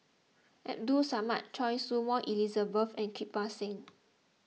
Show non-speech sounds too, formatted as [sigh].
Abdul Samad Choy Su Moi Elizabeth and Kirpal Singh [noise]